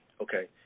okay